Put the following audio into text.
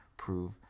Prove